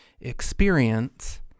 experience